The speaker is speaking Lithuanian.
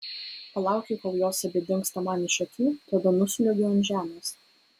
palaukiu kol jos abi dingsta man iš akių tada nusliuogiu ant žemės